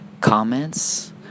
comments